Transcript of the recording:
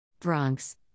Bronx